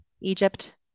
Egypt